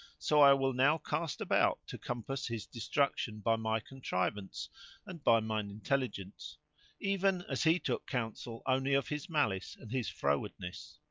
so i will now cast about to com pass his destruction by my contrivance and by mine intelligence even as he took counsel only of his malice and his frowardness